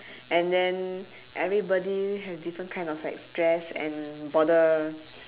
and then everybody have different kind of like stress and bother